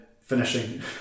finishing